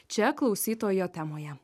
čia klausytojo temoje